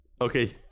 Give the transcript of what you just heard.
Okay